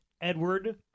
edward